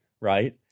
right